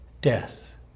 death